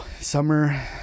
Summer